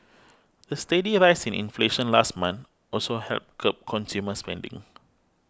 the steady rise inflation last month also helped curb consumer spending